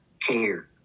care